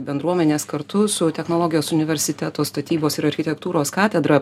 bendruomenės kartu su technologijos universiteto statybos ir architektūros katedra